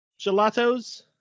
gelatos